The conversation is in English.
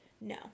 No